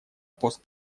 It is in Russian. пост